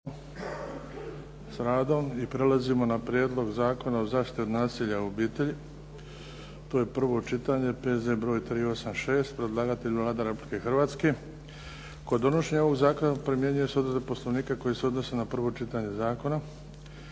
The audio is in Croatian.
s radom i prelazimo na - Prijedlog Zakona o zaštiti od nasilja u obitelji, prvo čitanje, P.Z. broj 386 Predlagatelj Vlada Republike Hrvatske. Kod donošenje ovog zakona primjenjuju se odredbe Poslovnika koje se odnose na prvo čitanje zakona.